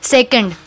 Second